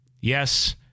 Yes